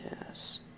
Yes